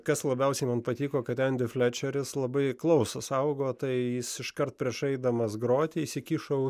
kas labiausiai man patiko kad andi frečeris labai klauso saugo tai jis iškart prieš eidamas groti įsikišo